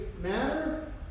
matter